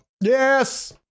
Yes